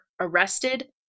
arrested